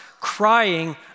crying